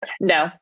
No